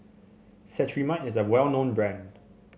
Cetrimide is a well known brand